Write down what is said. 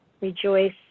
rejoice